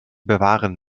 bewahren